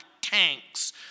tanks